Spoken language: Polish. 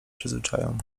przyzwyczają